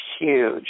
huge